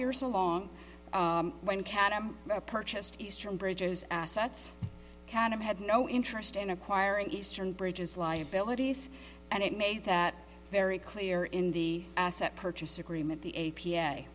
years along when cata purchased eastern bridges assets kind of had no interest in acquiring eastern bridges liabilities and it made that very clear in the asset purchase agreement the a